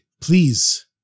please